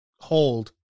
hold